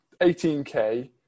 18k